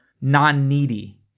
non-needy